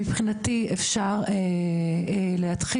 מבחינתי אפשר להתחיל,